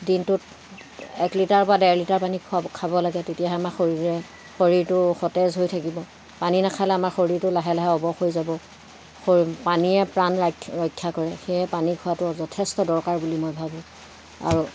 দিনটোত এক লিটাৰ পৰা ডেৰ লিটাৰ পানী খুৱাব খাব লাগে তেতিয়াহে আমাৰ শৰীৰে শৰীৰটো সতেজ হৈ থাকিব পানী নাখালে আমাৰ শৰীৰটো লাহে লাহে অৱস হৈ যাব শৰীৰ পানীয়ে প্ৰাণ ৰা ৰক্ষা কৰে সেয়েহে পানী খোৱাটো যথেষ্ট দৰকাৰ বুলি মই ভাবোঁ আৰু